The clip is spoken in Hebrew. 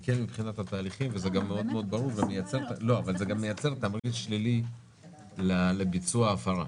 זה מקל על התהליכים וזה מאוד ברור ומייצר תמריץ שלילי לביצוע הפרה.